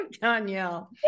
Danielle